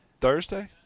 Thursday